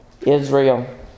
Israel